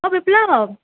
অ' বিপ্লৱ